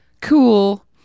cool